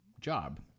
job